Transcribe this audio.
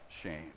shame